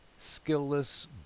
skillless